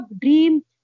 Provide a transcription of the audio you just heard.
dream